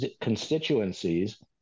constituencies